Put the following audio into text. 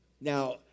Now